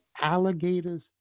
alligators